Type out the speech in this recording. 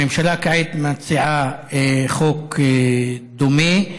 הממשלה כעת מציעה חוק דומה,